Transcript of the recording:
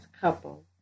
couple